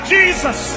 Jesus